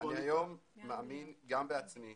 ואני היום מאמין בעצמי